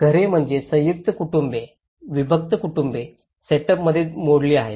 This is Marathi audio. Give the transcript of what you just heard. घरे म्हणजे संयुक्त कुटुंबे विभक्त कुटुंब सेटअपमध्ये मोडली आहेत